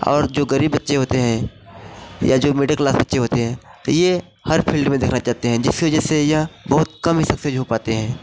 और जो गरीब बच्चे होते हैं या जो मीडिल क्लास बच्चे होते हैं यह हर फील्ड में देखना चाहते हैं जैसे जैसे यह बहुत कम ही सक्सेज़ हो पाते हैं